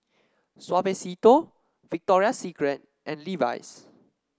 Suavecito Victoria Secret and Levi's